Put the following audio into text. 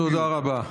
תודה רבה.